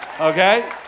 okay